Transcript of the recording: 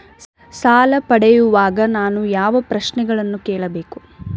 ಸಾಲ ಪಡೆಯುವಾಗ ನಾನು ಯಾವ ಪ್ರಶ್ನೆಗಳನ್ನು ಕೇಳಬೇಕು?